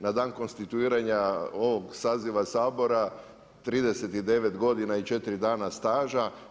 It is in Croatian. Na dan konstituiranja ovog saziva Sabora, 39 godina i 4 dana staža.